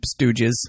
Stooges